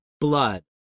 blood